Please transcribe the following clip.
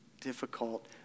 difficult